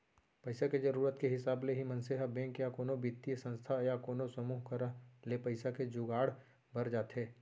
पइसा के जरुरत के हिसाब ले ही मनसे ह बेंक या कोनो बित्तीय संस्था या कोनो समूह करा ले पइसा के जुगाड़ बर जाथे